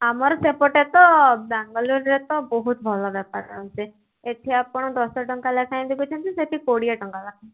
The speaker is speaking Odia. ଆମର ସେପଟେ ତ ବାଙ୍ଗଲୋରରେ ତ ବହୁତ ଭଲ ବେପାର ହେଉଛି ଏଠି ଆପଣ ଦଶ ଟଙ୍କା ଲେଖାଏଁ ବିକୁଛନ୍ତି ସେଠି କୋଡ଼ିଏ ଟଙ୍କା ଲେଖାଏଁ